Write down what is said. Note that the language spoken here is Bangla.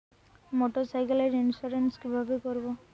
মোটরসাইকেলের ইন্সুরেন্স কিভাবে করব?